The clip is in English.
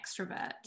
extrovert